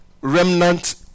remnant